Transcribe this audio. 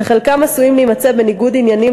שחלקם עשויים להימצא בניגוד עניינים